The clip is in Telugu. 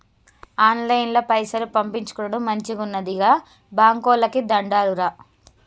ఆన్లైన్ల పైసలు పంపిచ్చుకునుడు మంచిగున్నది, గా బాంకోళ్లకు దండాలురా